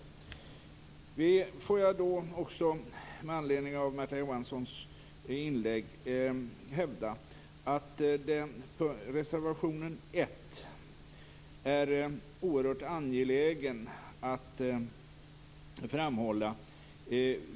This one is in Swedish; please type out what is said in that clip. Med anledning av Märta Johanssons inlägg vill jag också hävda att reservation 1 är oerhört angelägen att framhålla.